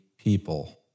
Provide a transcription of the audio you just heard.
people